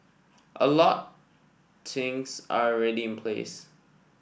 a lot things are already in place